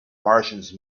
martians